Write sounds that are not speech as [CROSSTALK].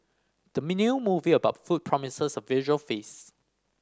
the [UNINTELLIGIBLE] movie about food promises a visual feast